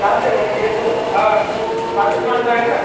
चालतं आहे मग येतो हा पाचच माणसं आहेत ना